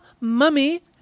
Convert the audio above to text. mummy